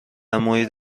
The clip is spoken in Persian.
محیط